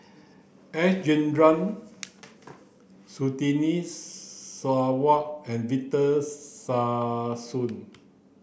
S Rajendran Surtini Sarwan and Victor Sassoon